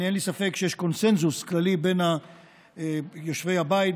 אין לי ספק שיש קונסנזוס כללי בין יושבי הבית,